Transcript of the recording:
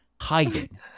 hiding